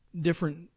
different